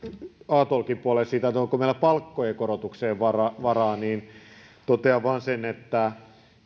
a talkin puolelle siitä onko meillä palkkojen korotukseen varaa varaa totean vain sen että